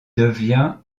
devient